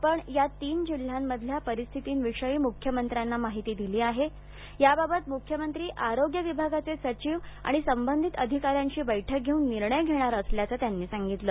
आपण या तीन जिल्ह्यांमधल्या परिस्थितीविषयी मुख्यमंत्र्यांना माहिती दिली आहे याबाबत मुख्यमंत्री आरोग्य विभागाचे सचिव आणि संबधित अधिकाऱ्यांशी बैठक घेऊन निर्णय घेणार असल्याचं त्यांनी सांगितलं